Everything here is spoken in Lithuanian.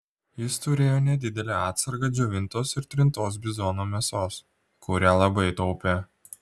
jis turėjo nedidelę atsargą džiovintos ir trintos bizono mėsos kurią labai taupė